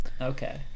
Okay